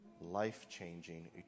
life-changing